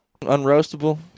Unroastable